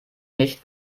nicht